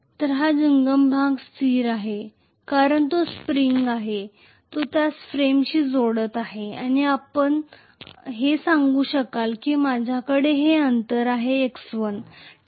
हा जंगम भाग स्थिर आहे कारण तो स्प्रिंग आहे जो त्यास फ्रेमशी जोडत आहे आणि आपण हे सांगू शकाल की माझ्याकडे हे अंतर आहे x1 ठीक आहे